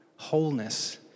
wholeness